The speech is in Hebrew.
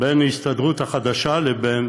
בין ההסתדרות החדשה לבין